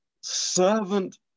servant